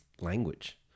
language